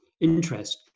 interest